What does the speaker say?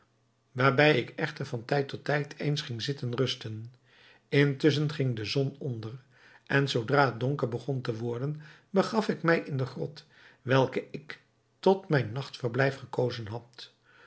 waarbij ik echter van tijd tot tijd eens ging zitten rusten intusschen ging de zon onder en zoodra het donker begon te worden begaf ik mij in de grot welke ik tot mijn nachtverblijf gekozen had